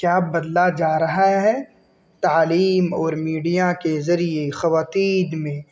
کیا بدلا جا رہا ہے تعلیم اور میڈیا کے ذریعے خواتین میں